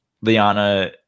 Liana